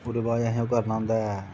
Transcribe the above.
ओह्दे बाद असें ओह् करना होंदा ऐ